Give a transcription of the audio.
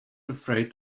afraid